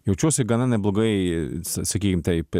jaučiuosi gana neblogai sa sakykim taip